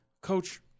Coach